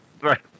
Right